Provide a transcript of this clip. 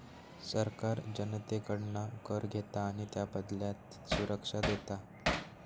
सरकार जनतेकडना कर घेता आणि त्याबदल्यात सुरक्षा देता